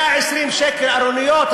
120 שקל ארונית,